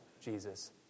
Jesus